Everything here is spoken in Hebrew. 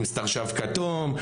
עם סתרשף כתום,